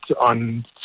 on